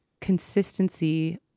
consistency